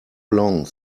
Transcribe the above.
long